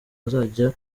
azajya